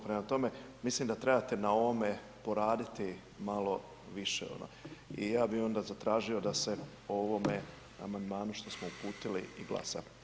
Prema tome, mislim da trebate na ovome poraditi malo više i ja bi onda zatražio da se ovome amandmanu što smo uputili glasa.